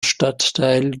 stadtteil